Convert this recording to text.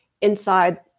inside